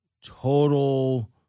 total